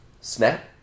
Snap